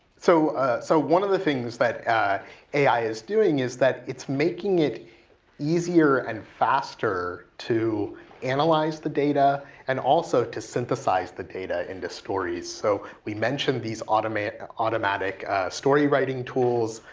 so so one of the things that ai is doing is that it's making it easier and faster to analyze the data and also to synthesize the data into stories. so we mention these automatic automatic story writing tools,